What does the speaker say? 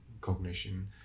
cognition